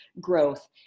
growth